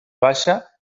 baixa